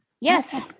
Yes